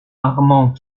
armand